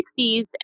1960s